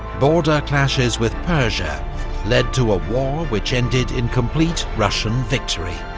border clashes with persia led to a war which ended in complete russian victory.